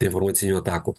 informacinių atakų